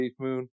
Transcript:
SafeMoon